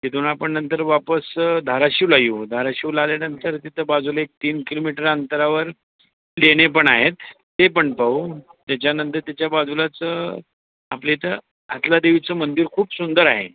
तिथून आपण नंतर वापस धाराशिवला येऊ धाराशिवला आल्यानंतर तिथं बाजूला एक तीन किलोमिटर अंतरावर लेणी पण आहेत ती पण पाहू त्याच्यानंतर त्याच्या बाजूलाच आपल्या इथं हातलादेवीचं मंदिर खूप सुंदर आहे